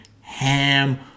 ham